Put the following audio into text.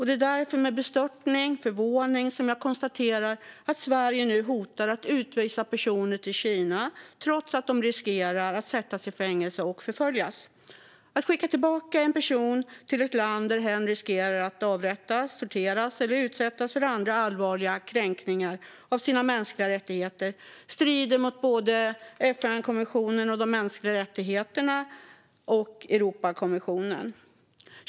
Det är därför med bestörtning och förvåning som jag konstaterar att Sverige nu hotar att utvisa personer till Kina trots att de riskerar att sättas i fängelse och förföljas. Att skicka tillbaka en person till ett land där hen riskerar att avrättas, torteras eller utsättas för andra allvarliga kränkningar av sina mänskliga rättigheter strider mot både FN-konventionen om de mänskliga rättigheterna och Europakonventionen.